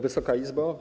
Wysoka Izbo!